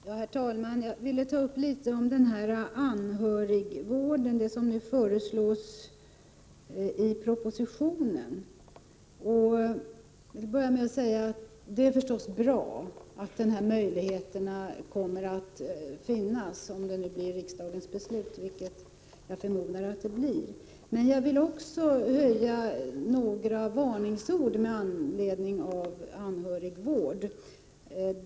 Herr talman! Jag vill ta upp frågan om anhörigvården och vad som föreslås därom i propositionen och då börja med att säga att det förstås är bra att dessa möjligheter kommer att finnas, om detta nu blir riksdagens beslut, vilket jag förmodar att det blir. Men jag vill också uttala några varningsord då det gäller anhörigvård.